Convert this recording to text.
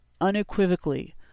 unequivocally